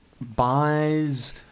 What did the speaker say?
buys